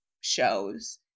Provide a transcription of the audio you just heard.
shows